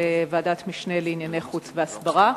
לוועדת משנה לענייני חוץ והסברה.